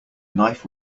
knife